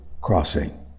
crossing